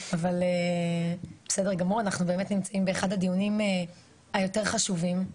נמצאים באחד הדיונים היותר חשובים,